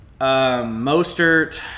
Mostert